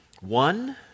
One